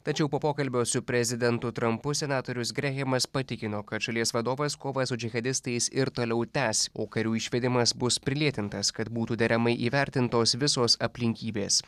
tačiau po pokalbio su prezidentu trampu senatorius grehemas patikino kad šalies vadovas kovą su džihadistais ir toliau tęs o karių išvedimas bus prilėtintas kad būtų deramai įvertintos visos aplinkybės